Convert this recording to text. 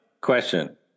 question